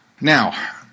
Now